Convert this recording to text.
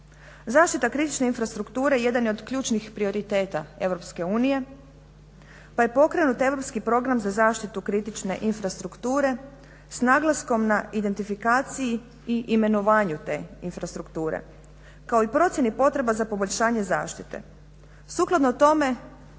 Zaštita kritične infrastrukture jedan je od ključnih prioriteta Europske unije pa je pokrenut europski program za zaštitu kritične infrastrukture s naglaskom na identifikaciji i imenovanju te infrastrukture, kao i procjeni potreba za poboljšanje zaštite. Sukladno tome,